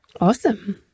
Awesome